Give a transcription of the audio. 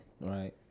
right